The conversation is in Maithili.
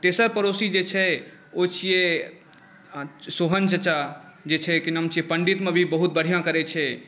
आओर तेसर पड़ोसी जे छै ओ छिए सोहन चचा जे छै कि नाम छिए पण्डितमे भी बहुत बढ़िआँ करै छै